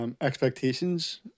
expectations